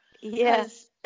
yes